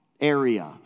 area